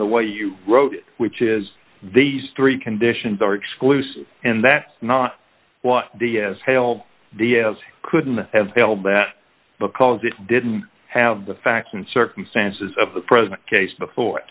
the way you wrote which is these three conditions are exclusive and that's not the scale couldn't have failed that because it didn't have the facts and circumstances of the present case before